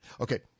Okay